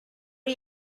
are